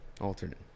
Alternate